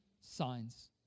signs